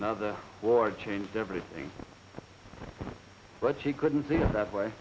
now the war changed everything but she couldn't see it that way